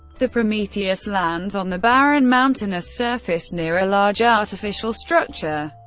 the prometheus lands on the barren, mountainous surface near a large, artificial structure,